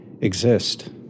exist